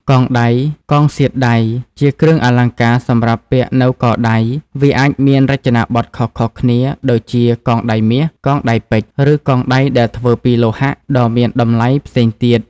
កងដៃ កងសៀតដៃ ជាគ្រឿងអលង្ការសម្រាប់ពាក់នៅកដៃ វាអាចមានរចនាបថខុសៗគ្នា ដូចជាកងដៃមាស កងដៃពេជ្រ ឬកងដៃដែលធ្វើពីលោហៈដ៏មានតម្លៃផ្សេងទៀត។